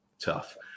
tough